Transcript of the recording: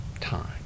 time